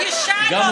תשאל אותו,